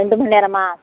ரெண்டு மணிநேரமா